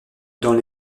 dans